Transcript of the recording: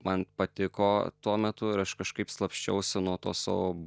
man patiko tuo metu ir aš kažkaip slapsčiausi nuo to savo